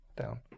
Down